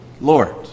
Lord